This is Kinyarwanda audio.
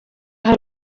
hari